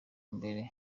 mbere